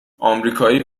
امریکایی